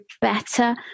better